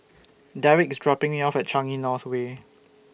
Derick IS dropping Me off At Changi North Way